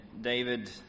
David